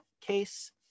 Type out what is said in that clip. case